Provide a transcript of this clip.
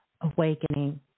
awakening